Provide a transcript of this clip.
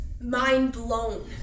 mind-blown